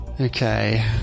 Okay